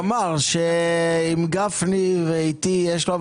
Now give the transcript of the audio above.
הוא אמר שעם גפני ואיתי יש לו,